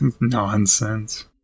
nonsense